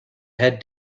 head